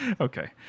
Okay